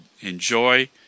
enjoy